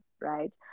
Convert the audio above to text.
Right